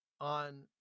on